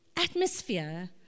Atmosphere